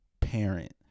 parent